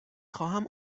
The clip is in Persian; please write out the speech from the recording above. خواهم